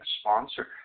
sponsor